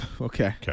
Okay